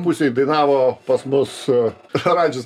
pusėj dainavo pas mus radžis